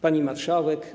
Pani Marszałek!